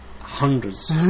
hundreds